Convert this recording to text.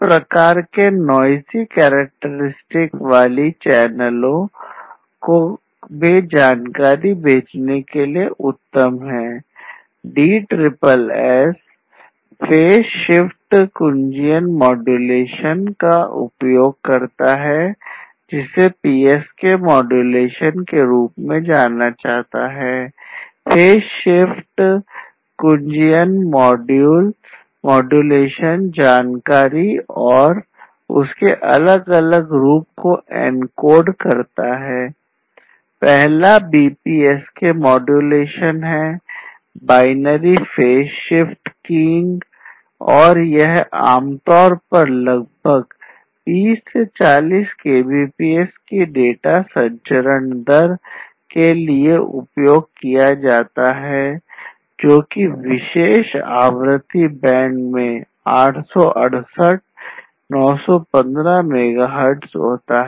पहला BPSK modulation ज्यादा होती है